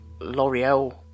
L'Oreal